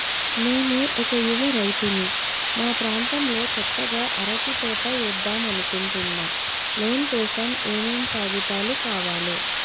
నేను ఒక యువ రైతుని మా ప్రాంతంలో కొత్తగా అరటి తోట ఏద్దం అనుకుంటున్నా లోన్ కోసం ఏం ఏం కాగితాలు కావాలే?